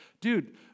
dude